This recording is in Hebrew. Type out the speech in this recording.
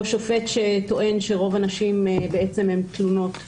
שופט שטוען שרוב הנשים הן תלונות שווא,